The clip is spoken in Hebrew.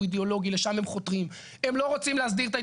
הוא אידיאולוגי,